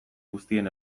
guztien